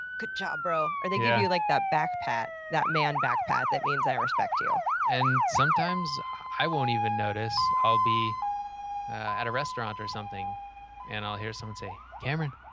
good job, bro. or they give you, like, that back pat, that man back pat that means i respect you. and sometimes i won't even notice. i'll be at a restaurant or something and i'll hear someone say cameron?